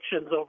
over